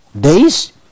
days